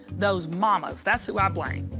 those mamas. that's who i blame.